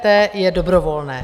EET je dobrovolné.